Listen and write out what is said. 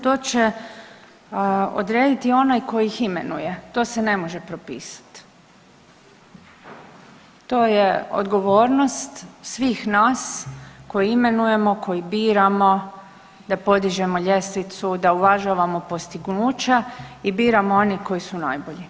To će odredit onaj tko ih imenuje, to se ne može propisati, to je odgovornost svih nas koji imenujemo, koji biramo, da podižemo ljestvicu, da uvažavamo postignuća i biramo one koji su najbolji.